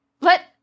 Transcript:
Let